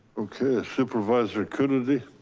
okay. supervisor coonerty.